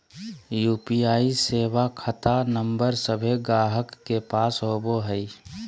UPI सेवा खता number सभे गाहक के पास होबो हइ